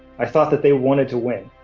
i thought that they wanted to win.